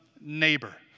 neighbor